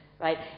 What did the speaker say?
right